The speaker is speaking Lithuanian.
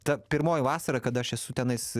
ta pirmoji vasara kada aš esu tenais